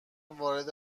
وارد